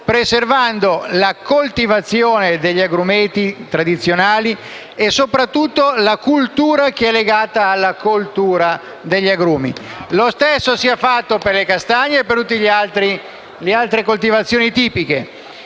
preservando la coltivazione degli agrumeti tradizionali e soprattutto la cultura che è legata alla coltura degli agrumi. Lo stesso sia fatto per le castagne e per le altre coltivazioni tipiche.